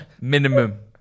Minimum